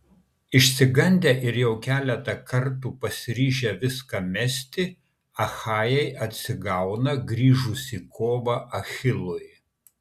išsigandę ir jau keletą kartų pasiryžę viską mesti achajai atsigauna grįžus į kovą achilui